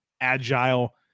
agile